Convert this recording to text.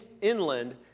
inland